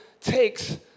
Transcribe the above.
takes